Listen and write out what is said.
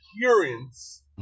appearance